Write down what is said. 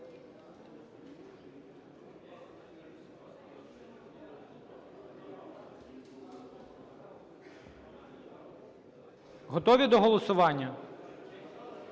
Готові до голосування?